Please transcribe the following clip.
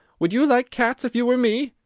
would you like cats if you were me?